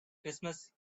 christmas